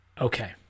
Okay